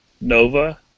Nova